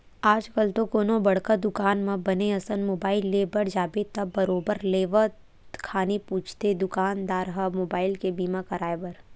आजकल तो कोनो बड़का दुकान म बने असन मुबाइल ले बर जाबे त बरोबर लेवत खानी पूछथे दुकानदार ह मुबाइल के बीमा कराय बर